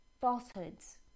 falsehoods